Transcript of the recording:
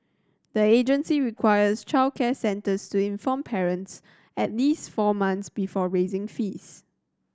the agency requires childcare centres to inform parents at least four months before raising fees